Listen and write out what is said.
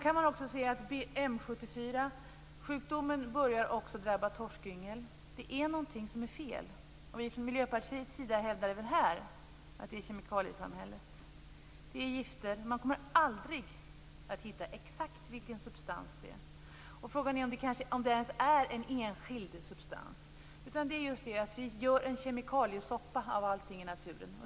Man kan se att M 74-sjukdomen också börjar drabba torskyngel. Det är någonting som är fel. Vi i Miljöpartiet hävdar även här att det är kemikaliesamhället och gifter. Man kommer aldrig att hitta exakt vilken substans det är. Frågan är om det ens är en enskild substans, utan det är just detta att vi gör en kemikaliesoppa av allting i naturen.